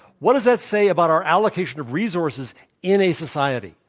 what does that say about our allocation of resources in a society?